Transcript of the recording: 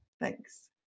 Thanks